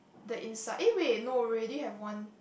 the inside eh wait no we already have one